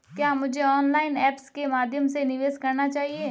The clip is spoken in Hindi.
क्या मुझे ऑनलाइन ऐप्स के माध्यम से निवेश करना चाहिए?